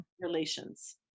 relations